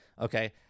Okay